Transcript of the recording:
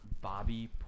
Bobby